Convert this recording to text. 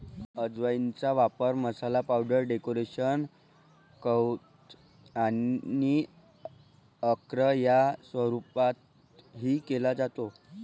अजवाइनचा वापर मसाला, पावडर, डेकोक्शन, क्वाथ आणि अर्क या स्वरूपातही केला जातो